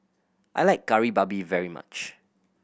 I like Kari Babi very much